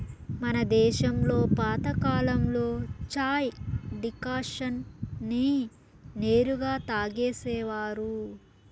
మన దేశంలో పాతకాలంలో చాయ్ డికాషన్ నే నేరుగా తాగేసేవారు